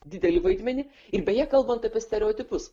didelį vaidmenį ir beje kalbant apie stereotipus